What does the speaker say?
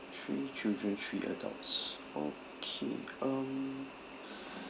three children three adults okay um